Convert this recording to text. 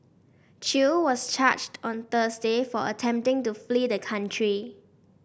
Chew was charged on Thursday for attempting to flee the country